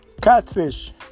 Catfish